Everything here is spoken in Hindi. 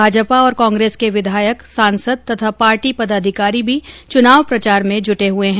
भाजपा और कांग्रेस के विधायक सांसद तथा पार्टी पदाधिकारी भी चुनाव प्रचार में जूटे हैं